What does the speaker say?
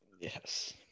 Yes